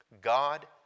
God